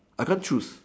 I can't choose